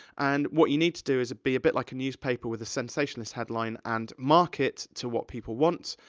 and, what you need to do is, be a bit like a newspaper with a sensationalist headline and market to what people want,